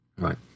Right